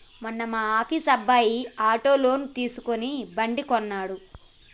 మొన్న మా ఆఫీస్ అబ్బాయి ఆటో లోన్ తీసుకుని బండి కొన్నడు